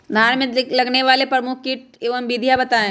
धान में लगने वाले प्रमुख कीट एवं विधियां बताएं?